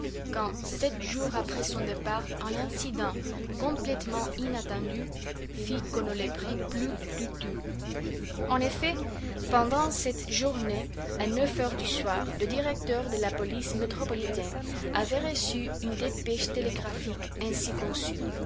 quand sept jours après son départ un incident complètement inattendu fit qu'on ne le prit plus du tout en effet pendant cette journée à neuf heures du soir le directeur de la police métropolitaine avait reçu une dépêche télégraphique ainsi conçue